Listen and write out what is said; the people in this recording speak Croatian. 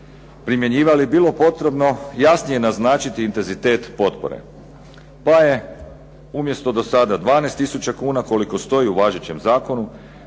primjenjivali bilo potrebno jasnije naznačiti intenzitet potpore. Pa je do sada 12 tisuća kuna koliko stoji u važećem zakonu